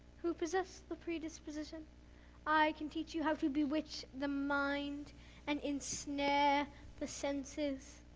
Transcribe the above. who possess the predisposition i can teach you how to bewitch the mind and ensnare the senses.